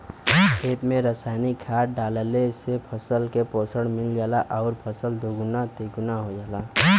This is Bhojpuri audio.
खेत में रासायनिक खाद डालले से फसल के पोषण मिल जाला आउर फसल दुगुना तिगुना हो जाला